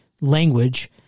language